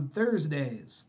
Thursdays